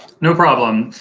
no problem.